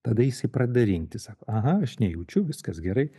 tada jisai pradeda rinktis sako aha aš nejaučiu viskas gerai